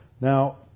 Now